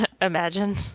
imagine